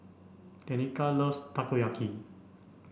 Tenika loves Takoyaki